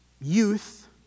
youth